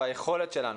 ביכולת שלנו.